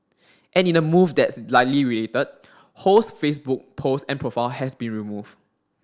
and in a move that is likely related Ho's Facebook post and profile have been removed